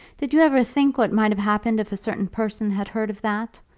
did you ever think what might have happened if a certain person had heard of that?